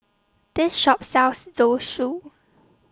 This Shop sells Zosui